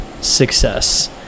success